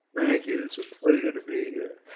thank you. it's a pleasure to be here.